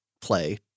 play